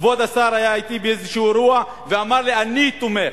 כבוד השר היה אתי באיזה אירוע ואמר לי: אני תומך.